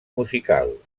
musical